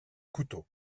couteau